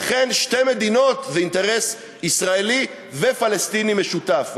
לכן שתי מדינות זה אינטרס ישראלי ופלסטיני משותף,